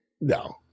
No